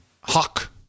Hawk